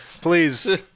please